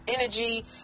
energy